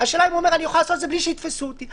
השאלה אם הוא אומר: אני אוכל לעשות את זה בלי שיתפסו אותי.